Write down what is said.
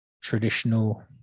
traditional